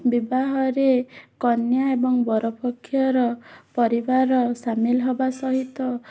ବିବାହରେ କନ୍ୟା ଏବଂ ବର ପକ୍ଷର ପରିବାର ସାମିଲ ହେବା ସହିତ